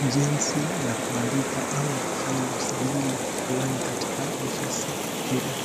jinsi ya kuandika ama kufanya usajili fulani katika ofisi hili.